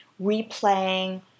replaying